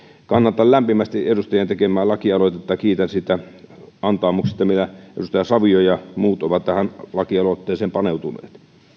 kannatan lämpimästi edustajien tekemää lakialoitetta ja kiitän siitä antaumuksesta millä edustaja savio ja muut ovat tähän lakialoitteeseen paneutuneet